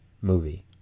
movie